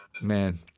man